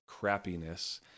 crappiness